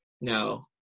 no